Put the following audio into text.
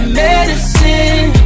medicine